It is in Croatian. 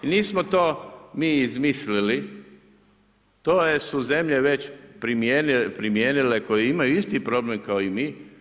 I nismo to mi izmislili, to su zemlje već primijenile koje imaju isti problem kao i mi.